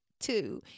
two